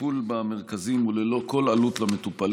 הטיפול במרכזים הוא ללא כל עלות למטופלים,